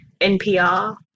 NPR